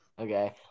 Okay